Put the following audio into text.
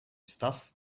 stuff